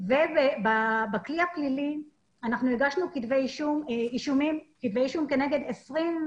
בכלי הפלילי הגשנו כתבי אישום כנגד 24